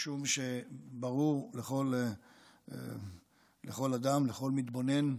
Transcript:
משום שברור לכל אדם, לכל מתבונן הגון,